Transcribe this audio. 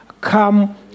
come